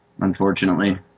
Unfortunately